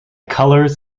colours